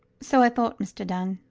so i thought, mr dunn.